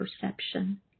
perception